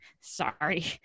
sorry